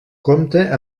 compta